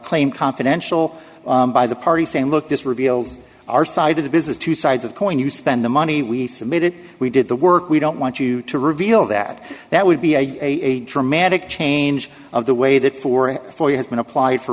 claimed confidential by the party saying look this reveals our side of the business two sides of the coin you spend the money we submitted we did the work we don't want you to reveal that that would be a dramatic change of the way that for it for you has been applied for